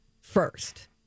first